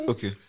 Okay